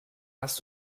hast